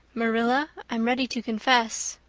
marilla, i'm ready to confess.